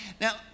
Now